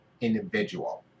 individual